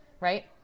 right